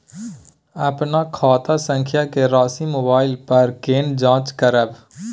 अपन खाता संख्या के राशि मोबाइल पर केना जाँच करब?